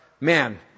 Man